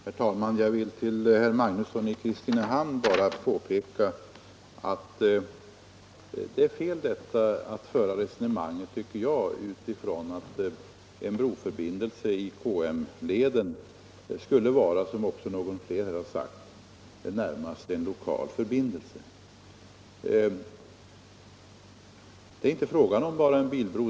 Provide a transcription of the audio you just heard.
Herr talman! Jag vill påpeka för herr Magnusson i Kristinehamn att det är fel att föra resonemanget utifrån den utgångspunkten att en broförbindelse i KM-leden skulle vara — som också någon mer har sagt — närmast en lokal förbindelse. Det är inte fråga om bara en bilbro.